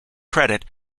credit